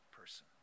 person